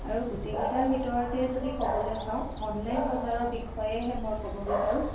আৰু গোটেই কেইটাৰ ভিতৰতে যদি ক'বলৈ যাওঁ অনলাইন বজাৰৰ বিষয়েহে মই ক'ব বিচাৰোঁ